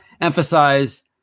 emphasize